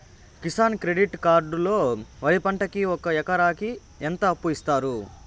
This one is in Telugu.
కిసాన్ క్రెడిట్ కార్డు లో వరి పంటకి ఒక ఎకరాకి ఎంత అప్పు ఇస్తారు?